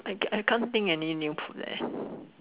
I I can't think any new food leh